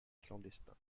clandestin